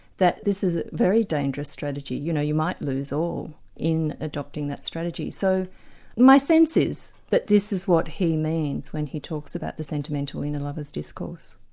that this is a very dangerous strategy, you know, you might lose all in adopting that strategy. so my sense is that this is what he means when he talks about the sentimental in a and lover's discourse.